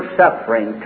suffering